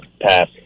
Pass